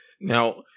now